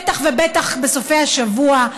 בטח ובטח בסופי השבוע,